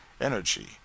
energy